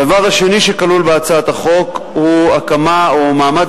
הדבר השני שכלול בהצעת החוק הוא הקמה או מעמד